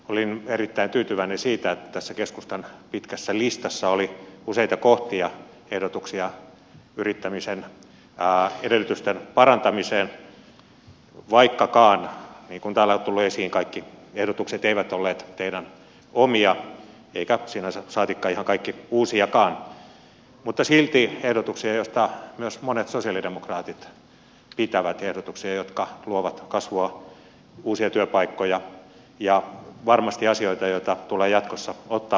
olin erittäin tyytyväinen siitä että tässä keskustan pitkässä listassa oli useita kohtia ehdotuksia yrittämisen edellytysten parantamiseen vaikkakaan niin kuin täällä on tullut esiin kaikki ehdotukset eivät olleet teidän omianne saatikka kaikki ihan uusiakaan mutta silti ehdotuksia joista myös monet sosialidemokraatit pitävät ehdotuksia jotka luovat kasvua uusia työpaikkoja ja varmasti asioita joita tulee jatkossa ottaa pohdintaan